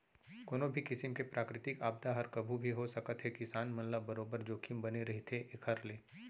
कोनो भी किसिम के प्राकृतिक आपदा हर कभू भी हो सकत हे किसान मन ल बरोबर जोखिम बने रहिथे एखर ले